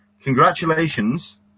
Congratulations